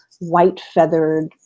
white-feathered